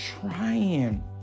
trying